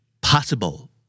possible